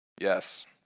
Yes